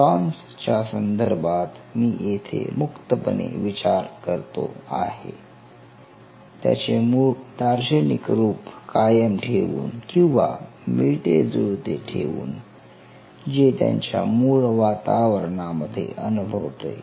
neurons च्या संदर्भात मी येथे मुक्तपणे विचार करतो आहे त्याचे मूळ दार्शनिक रूप कायम ठेवून किंवा मिळतेजुळते ठेवून जे त्यांच्या मूळ वातावरणामध्ये अनुभवते